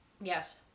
Yes